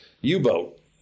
U-boat